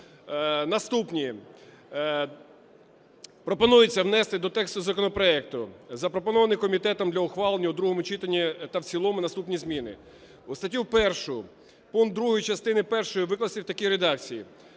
наступні. Пропонується внести до тексту законопроекту запропоновані комітетом для ухвалення у другому читанні та в цілому наступні зміни. У статті 1 пункт 2 частини першої викласти в такій редакції: